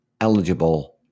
eligible